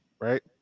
right